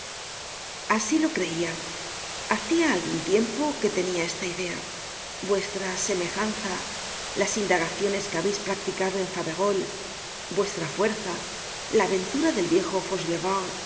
asi lo creia hacia algun tiempo que tenia esta idea vuestra semejanza las indagaciones que habeis practicado en faverolles vuestra fuerza la aventura del viejo